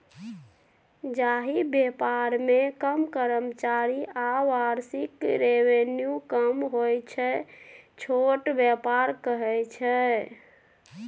जाहि बेपार मे कम कर्मचारी आ बार्षिक रेवेन्यू कम होइ छै छोट बेपार कहय छै